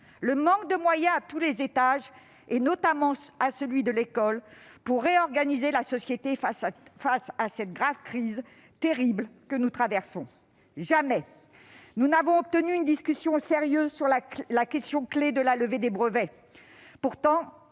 le manque de moyens à tous les étages, notamment à celui de l'école, pour réorganiser la société face à cette terrible crise que nous traversons. Jamais nous n'avons obtenu une discussion sérieuse sur la question clef de la levée des brevets ! Pourtant,